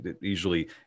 usually